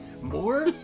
More